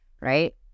Right